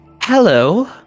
Hello